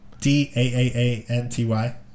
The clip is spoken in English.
d-a-a-a-n-t-y